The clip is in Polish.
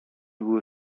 były